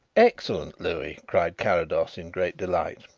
excellent, louis, cried carrados in great delight.